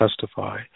testify